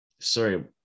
sorry